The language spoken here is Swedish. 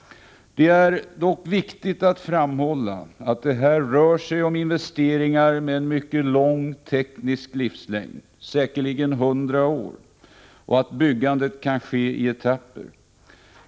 Det är dock viktigt att framhålla, att det här rör sig om investeringar med en mycket lång teknisk livslängd — säkerligen 100 år — och att byggandet kan ske i etapper.